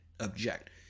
object